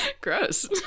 Gross